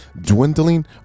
dwindling